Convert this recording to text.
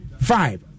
five